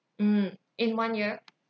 mm in one year